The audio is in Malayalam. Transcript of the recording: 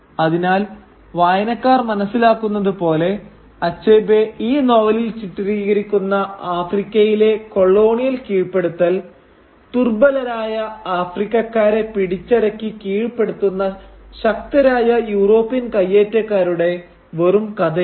അതിനാൽ വായനക്കാർ മനസ്സിലാക്കുന്നത് പോലെ അച്ഛബേ ഈ നോവലിൽ ചിത്രീകരിക്കുന്ന ആഫ്രിക്കയിലെ കൊളോണിയൽ കീഴ്പ്പെടുത്തൽ ദുർബലരായ ആഫ്രിക്കക്കാരെ പിടിച്ചടക്കി കീഴ്പ്പെടുത്തുന്ന ശക്തരായ യൂറോപ്യൻ കയ്യേറ്റക്കാരുടെ വെറും കഥയല്ല